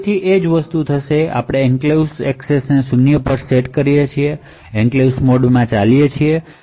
આ ફરીથી પાલન કરશે આપણે એન્ક્લેવ્સ એક્સેસને શૂન્ય સેટ કરીશું જેમ કે આપણે એન્ક્લેવ્સ મોડમાં ચલાવીએ છીએ